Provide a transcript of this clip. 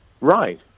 Right